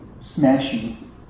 smashing